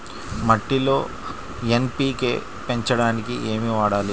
మట్టిలో ఎన్.పీ.కే పెంచడానికి ఏమి వాడాలి?